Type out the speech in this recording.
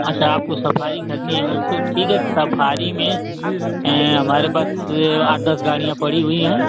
अच्छा आपको सफारी ख़रीदनी हैं मैम तो ठीक है सफारी में हमारे पास आठ दस गाड़ियाँ पड़ी हुई हैं